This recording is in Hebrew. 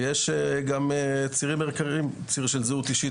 ויש גם צירים ערכיים, ציר של זהות אישית.